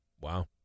Wow